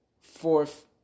fourth